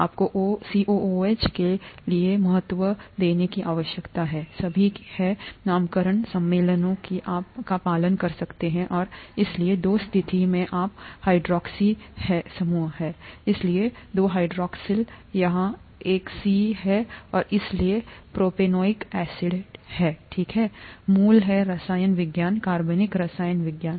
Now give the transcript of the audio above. आपको COOH के लिए महत्व देने की आवश्यकता है सभी हैं नामकरण सम्मेलनों कि आप का पालन कर सकते हैं और इसलिए दो स्थिति में आप hydroxy है समूह इसलिए दो हाइड्रॉक्सिल यह एक सी 3 है और इसलिए प्रोपेनोइक एसिड ठीक है मूल है रसायन विज्ञान कार्बनिक रसायन विज्ञान